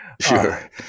sure